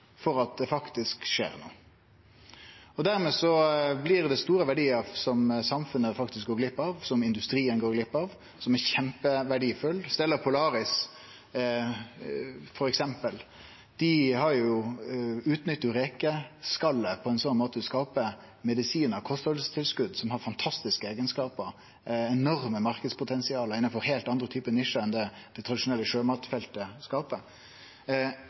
for at det faktisk skjer noko. Dermed blir det store verdiar som samfunnet går glipp av, som industrien går glipp av, som er kjempeverdifulle. Stella Polaris, f.eks., utnyttar jo rekeskalet på ein slik måte at ein skaper medisinar, kosttilskot som har fantastiske eigenskapar, og har eit enormt marknadspotensial innanfor heilt andre typar nisjar enn det det tradisjonelle sjømatfeltet